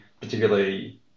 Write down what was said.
particularly